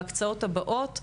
בהקצאות הבאות,